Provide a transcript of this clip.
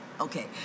Okay